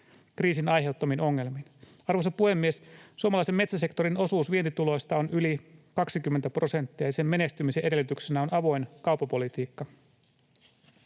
kriisin aiheuttamiin ongelmiin. Arvoisa puhemies! Suomalaisen metsäsektorin osuus vientituloista on yli 20 prosenttia, ja sen menestymisen edellytyksenä on avoin kauppapolitiikka.